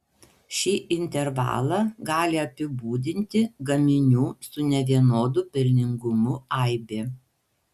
šį intervalą gali apibūdinti gaminių su nevienodu pelningumu aibė